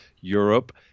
Europe